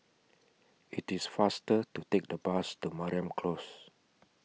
IT IS faster to Take The Bus to Mariam Close